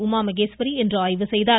உமாமகேஸ்வரி இன்று ஆய்வு செய்தார்